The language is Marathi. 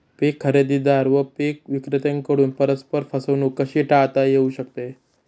पीक खरेदीदार व पीक विक्रेत्यांकडून परस्पर फसवणूक कशी टाळता येऊ शकते?